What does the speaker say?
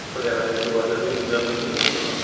Patiala gate ਤੋਂ bus ਚੜ੍ਹਿਓ ਤੁਸੀਂ ਪੰਜਾਬੀ ਯੂਨੀਵਰਸਿਟੀ ਆਉਣਾ